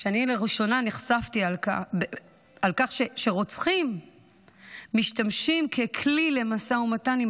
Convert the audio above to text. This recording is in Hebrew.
אני לראשונה נחשפתי לכך שרוצחים משתמשים ככלי למשא ומתן עם